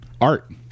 art